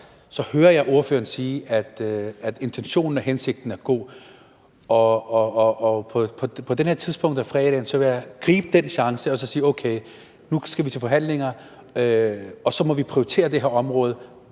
Så hører jeg ordføreren sige, at intentionen og hensigten er god, og på det her tidspunkt af fredagen vil jeg gribe den chance og så sige, at okay, nu skal vi til forhandlinger, og så må vi prioritere det her område,